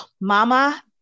mama